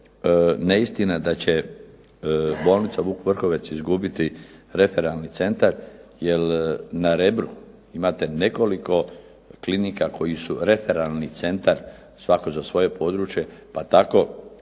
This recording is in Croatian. neistina da će bolnica Vuk Vrhovec izgubiti referalni centar jer na Rebru imate nekoliko klinika koje su referalni centar svatko za svoje područje, pa će